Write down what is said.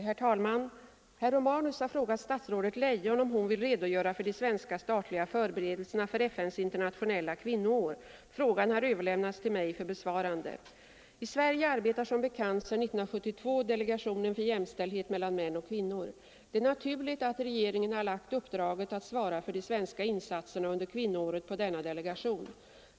Herr talman! Herr Romanus har frågat statsrådet Leijon om hon vill redogöra för de svenska statliga förberedelserna för FN:s internationella kvinnoår. Frågan har överlämnats till mig för besvarande. I Sverige arbetar som bekant sedan 1972 delegationen för jämställdhet mellan män och kvinnor. Det är naturligt att regeringen har lagt uppdraget att svara för de svenska insatserna under kvinnoåret på denna delegation.